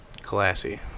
Classy